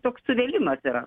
toks suvėlimas yra